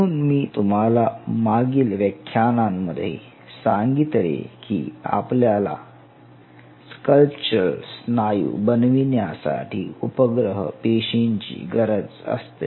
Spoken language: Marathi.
म्हणून मी तुम्हाला मागील व्याख्यानांमध्ये सांगितले की आपल्याला स्कल्पचरल स्नायू बनविण्यासाठी उपग्रह पेशींची गरज असते